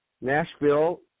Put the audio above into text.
Nashville